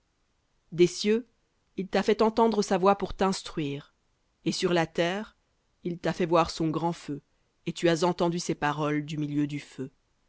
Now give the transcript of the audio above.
des cieux il t'a fait entendre sa voix pour t'instruire et sur la terre il t'a fait voir son grand feu et tu as entendu ses paroles du milieu du feu